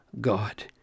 God